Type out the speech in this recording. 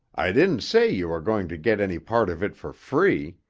i didn't say you were going to get any part of it for free.